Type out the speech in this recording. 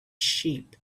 sheep